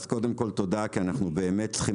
אז קודם כל תודה כי אנחנו באמת צריכים